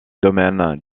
domaines